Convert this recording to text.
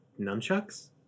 nunchucks